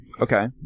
Okay